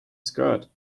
skirt